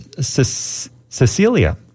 Cecilia